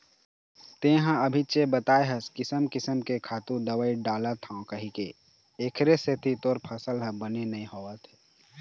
तेंहा अभीच बताए हस किसम किसम के खातू, दवई डालथव कहिके, एखरे सेती तोर फसल ह बने नइ होवत हे